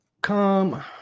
come